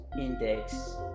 index